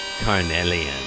Carnelian